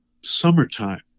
Summertime